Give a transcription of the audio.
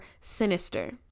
sinister